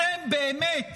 אתם באמת